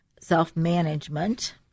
self-management